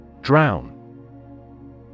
Drown